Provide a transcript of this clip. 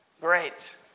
Great